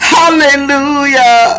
hallelujah